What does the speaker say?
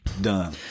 done